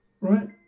right